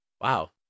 wow